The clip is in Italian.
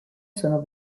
sono